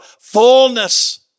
fullness